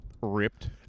ripped